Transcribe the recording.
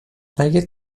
اگه